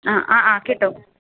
ആ ആ ആ കിട്ടും